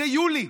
זה יולי,